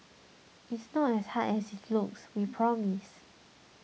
it's not as hard as it looks we promise